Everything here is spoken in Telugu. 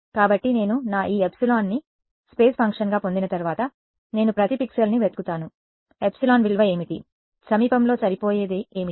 కాబట్టి నేను నా ఈ ఎప్సిలాన్ని స్పేస్ ఫంక్షన్గా పొందిన తర్వాత నేను ప్రతి పిక్సెల్ని వెతుకుతాను ఎప్సిలాన్ విలువ ఏమిటి సమీపంలో సరిపోయేది ఏమిటి